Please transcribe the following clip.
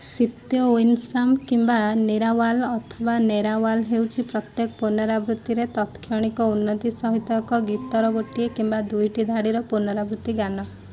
ଶିତ୍ୟ ୱିନିସାମ୍ କିମ୍ବା ନିରାୱାଲ ଅଥବା ନେରାୱାଲ ହେଉଛି ପ୍ରତ୍ୟେକ ପୁନରାବୃତ୍ତିରେ ତତ୍କ୍ଷଣିକ ଉନ୍ନତି ସହିତ ଏକ ଗୀତର ଗୋଟିଏ କିମ୍ବା ଦୁଇଟି ଧାଡ଼ିର ପୁନରାବୃତ୍ତି ଗାନ